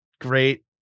great